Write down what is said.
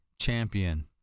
champion